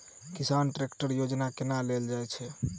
किसान ट्रैकटर योजना केना लेल जाय छै?